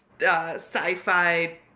sci-fi